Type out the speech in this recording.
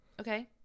Okay